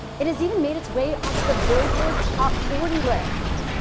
it has even made its way onto the billboard top forty list.